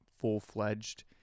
full-fledged